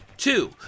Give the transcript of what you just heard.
Two